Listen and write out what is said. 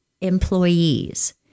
employees